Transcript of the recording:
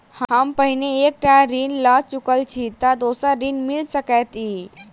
हम पहिने एक टा ऋण लअ चुकल छी तऽ दोसर ऋण मिल सकैत अई?